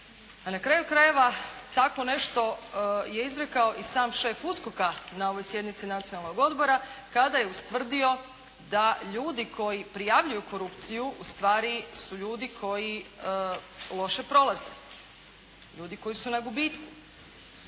a na kraju krajeva takvo nešto je izrekao i sam šef USKOK-a na ovoj sjednici Nacionalnog odbora kada je ustvrdio da ljudi koji prijavljuju korupciju ustvari su ljudi koji loše prolaze. Ljudi koji su na gubitku.